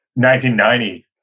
1990